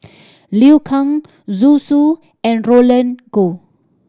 Liu Kang Zhu Xu and Roland Goh